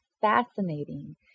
fascinating